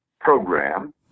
program